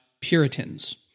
Puritans